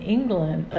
England